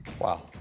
Wow